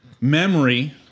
memory